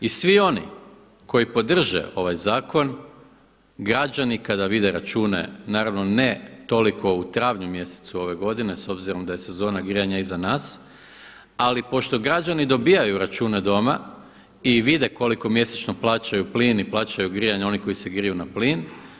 I svi oni koji podrže ovaj zakon, građani kada vide račune, naravno ne toliko u travnju mjesecu ove godine s obzirom da je sezona grijanja iza nas, ali pošto građani dobivaju račune doma i vide koliko mjesečno plaćaju plin i plaćaju grijanje oni koji se griju na plin.